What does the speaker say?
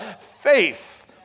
faith